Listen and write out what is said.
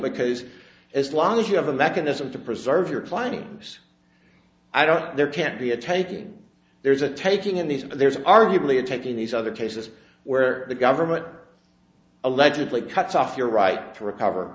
because as long as you have a mechanism to preserve your planning i don't there can't be a taking there's a taking in these there's arguably a take in these other cases where the government allegedly cuts off your right to recover